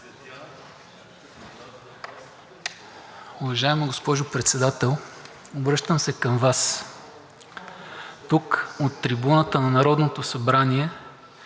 Уважаема госпожо Председател, обръщам се към Вас. Тук от трибуната на Народното събрание